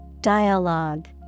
Dialogue